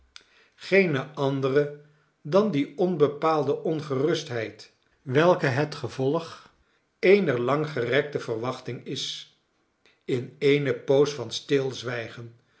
geene andere dan die onbepaalde ongerustheid welke het gevolg eener langgerekte verwachting is in eene poos van stilzwijgen